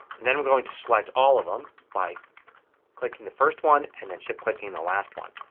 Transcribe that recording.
and then i'm going to select all of them by clicking the first one and then shift clicking the last one.